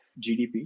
GDP